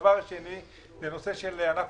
דבר שני בנושא ענף